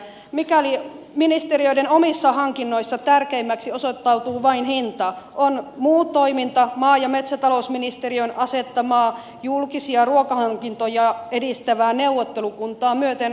mikäli ministeriöiden omissa hankinnoissa tärkeimmäksi osoittautuu vain hinta on muu toiminta maa ja metsätalousministeriön asettamaa julkisia ruokahankintoja edistävää neuvottelukuntaa myöten hurskastelua